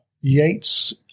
yates